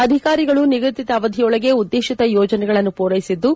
ಅಧಿಕಾರಿಗಳು ನಿಗದಿತ ಅವಧಿಯೊಳಗೆ ಉದ್ದೇಶಿತ ಯೋಜನೆಗಳನ್ನು ಪೂರೈಸಿದ್ದು